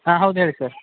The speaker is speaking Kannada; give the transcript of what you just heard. ಹಾಂ ಹೌದು ಹೇಳಿ ಸರ್